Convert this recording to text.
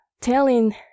telling